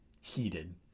heated